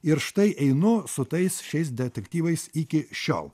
ir štai einu su tais šiais detektyvais iki šiol